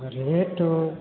rate